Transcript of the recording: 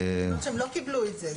זאת אומרת שהם לא קיבלו את זה.